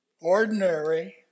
ordinary